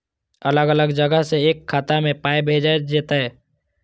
अलग अलग जगह से एक खाता मे पाय भैजल जेततै?